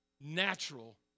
natural